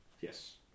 Yes